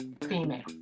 female